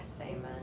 amen